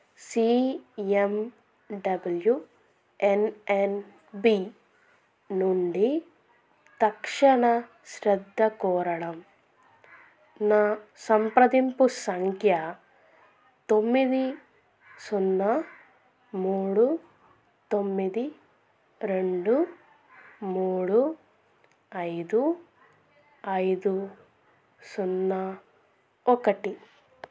see M W N N B నుండి తక్షణ శ్రద్ధ కోరడం నా సంప్రదింపు సంఖ్య తొమ్మిది సున్నా మూడు తొమ్మిది రెండు మూడు ఐదు ఐదు సున్నా ఒకటి